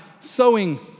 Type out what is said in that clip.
sowing